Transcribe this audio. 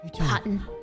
cotton